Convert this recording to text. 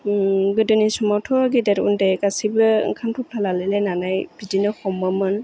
गोदोनि समावथ' गेदेर उन्दै गासिबो ओंखाम थफ्ला लालायलायनानै बिदिनो हमोमोन